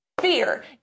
fear